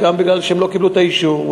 וגם מפני שהם לא קיבלו את האישור.